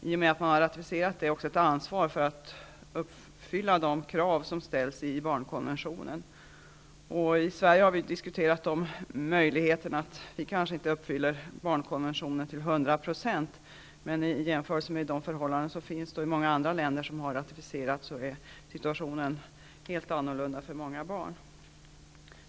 I och med att man har ratificerat konventionen har man ett ansvar för att uppfylla de krav som ställs i barnkonventionen. Vi har i Sverige diskuterat möjligheten att vi kanske inte uppfyller barnkonventionen till 100 %. Men situationen är helt annorlunda om man jämför med de förhållanden som råder i många andra länder som har ratificerat konventionen.